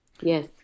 yes